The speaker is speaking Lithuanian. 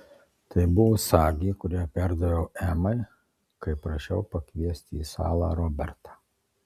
tai buvo sagė kurią perdaviau emai kai prašiau pakviesti į salą robertą